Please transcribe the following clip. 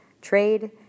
trade